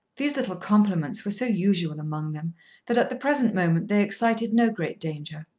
these little compliments were so usual among them that at the present moment they excited no great danger.